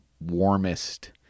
warmest